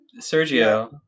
Sergio